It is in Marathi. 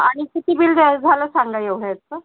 आणि किती बिल ज झालं सांगा एवढ्याचं